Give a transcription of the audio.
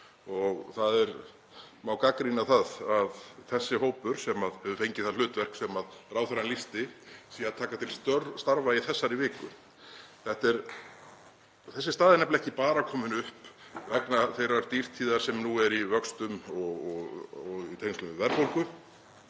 og það má gagnrýna það að þessi hópur sem hefur fengið það hlutverk sem ráðherra lýsti sé að taka til starfa í þessari viku. Þessi staða er nefnilega ekki bara komin upp vegna þeirrar dýrtíðar sem nú er í vöxtum og í tengslum við verðbólgu,